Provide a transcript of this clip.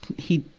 he,